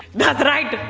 that's right